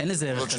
אין לזה ערך.